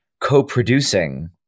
co-producing